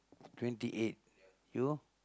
twenty eight you